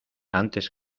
antes